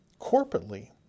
corporately